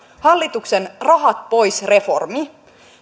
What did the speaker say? hallituksen rahat pois reformi